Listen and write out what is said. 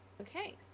okay